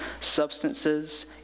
substances